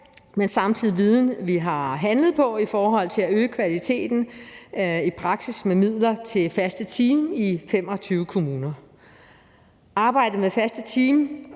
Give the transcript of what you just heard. er samtidig en viden, vi har handlet på i praksis i forhold til at øge kvaliteten med midler til faste team i 25 kommuner. Arbejdet med faste team